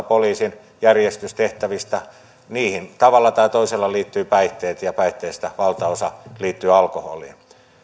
poliisin järjestystehtävistä tavalla tai toisella liittyvät päihteet ja päihteistä valtaosa liittyy alkoholiin